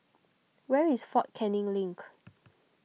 where is fort Canning Link